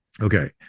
Okay